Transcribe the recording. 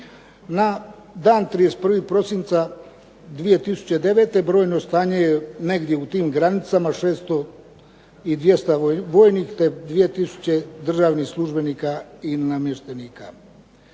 Na dan 31. prosinca 2009. brojno stanje je negdje u tim granicama 600 i 200 vojnih, te 2000 državnih službenika i namještenika.